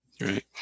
Right